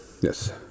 Yes